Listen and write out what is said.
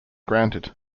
granted